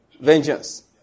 Vengeance